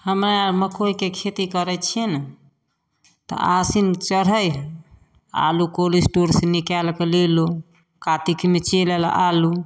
हमे मकइके खेती करै छिए ने तऽ आसिन चढ़ै हइ आलू कोल्ड स्टोरसँ निकालिके लेलहुँ कातिकमे चलि आएल आलू